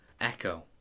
echo